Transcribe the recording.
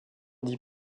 dit